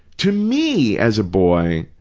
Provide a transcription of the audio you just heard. to me, as a boy,